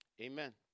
Amen